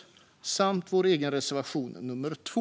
Vi yrkar också bifall till vår egen reservation 2.